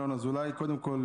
קודם כול,